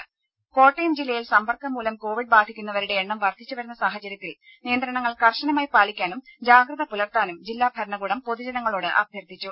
രുമ കോട്ടയം ജില്ലയിൽ സമ്പർക്കം മൂലം കോവിഡ് ബാധിക്കുന്നവരുടെ എണ്ണം വർദ്ധിച്ച് വരുന്ന സാഹചര്യത്തിൽ നിയന്ത്രണങ്ങൾ കർശനമായി പാലിക്കാനും ജാഗ്രത പുലർത്താനും ജില്ലാ ഭരണകൂടം പൊതുജനങ്ങളോട് അഭ്യർത്ഥിച്ചു